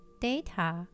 data